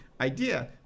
idea